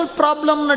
problem